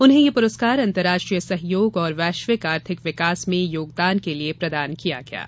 उन्हें यह पुरस्कार अंतर्राष्ट्रीय सहयोग और वैश्विक आर्थिक विकास में योगदान के लिए प्रदान किया गया है